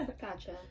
Gotcha